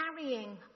Carrying